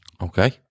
okay